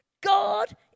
God